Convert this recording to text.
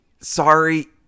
Sorry